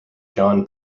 john